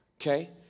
okay